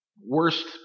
worst